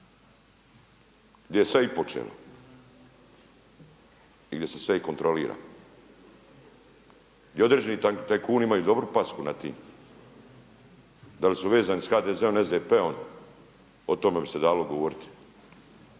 gdje je sve i počelo i gdje se sve i kontrolira. I određeni tajkuni imaju dobru pasku nad tim. Da li su vezani sa HDZ-om ili SDP-om o tome bi se dalo govoriti.